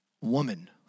Woman